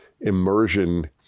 immersion